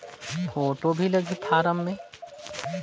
Photo भी लगी form मे?